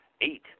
Eight